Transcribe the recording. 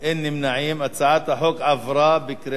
הצעת החוק עברה בקריאה שנייה.